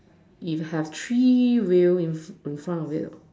if have three wheel in front of it